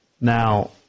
Now